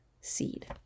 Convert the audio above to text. seed